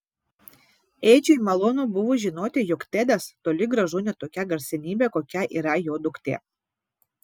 edžiui malonu buvo žinoti jog tedas toli gražu ne tokia garsenybė kokia yra jo duktė